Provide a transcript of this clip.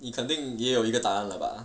你肯定也有一个答案了吧